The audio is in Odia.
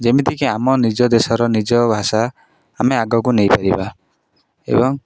ଯେମିତିକି ଆମ ନିଜ ଦେଶର ନିଜ ଭାଷା ଆମେ ଆଗକୁ ନେଇପାରିବା ଏବଂ